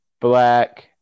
black